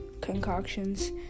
concoctions